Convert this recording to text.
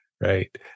Right